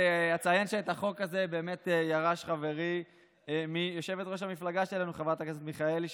אציין שאת החוק הזה ירש חברי מיושבת-ראש המפלגה שלנו חברת הכנסת מיכאלי,